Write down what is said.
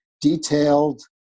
detailed